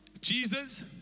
Jesus